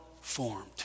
formed